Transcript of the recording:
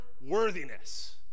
worthiness